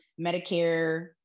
Medicare